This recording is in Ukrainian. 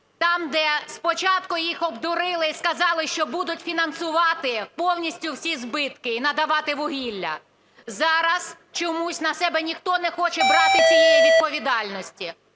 Там, де спочатку їх обдурили і сказали, що будуть фінансувати повністю всі збитки і надавати вугілля. Зараз чомусь на себе ніхто не хоче брати цієї відповідальності.